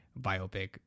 biopic